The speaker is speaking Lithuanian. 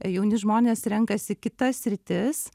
jauni žmonės renkasi kitas sritis